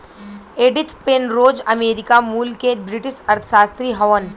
Edith Penrose America मूल के British अर्थशास्त्री हउवन